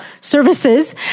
services